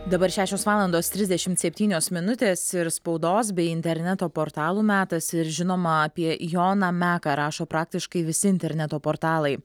dabar šešios valandos trisdešimt septynios minutės ir spaudos bei interneto portalų metas ir žinoma apie joną meką rašo praktiškai visi interneto portalai